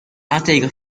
intègre